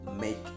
make